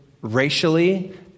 racially